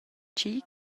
tgi